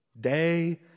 day